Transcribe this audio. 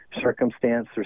circumstance